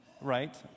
right